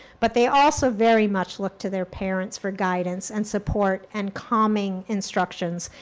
but they also very much look to their parents for guidance and support and calming instructions.